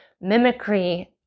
mimicry